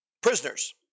prisoners